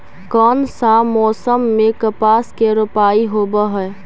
कोन सा मोसम मे कपास के रोपाई होबहय?